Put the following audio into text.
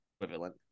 equivalent